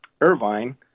Irvine